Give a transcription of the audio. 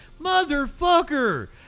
motherfucker